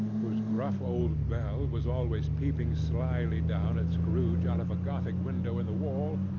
whose gruff old bell was always peeping slily down at scrooge out of a gothic window in the wall,